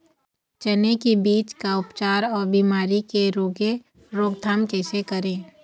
चने की बीज का उपचार अउ बीमारी की रोके रोकथाम कैसे करें?